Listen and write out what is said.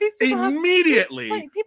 immediately